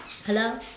hello